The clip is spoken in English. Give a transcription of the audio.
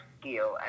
skill